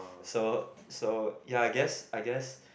so so ya I guess I guess